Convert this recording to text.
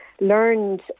learned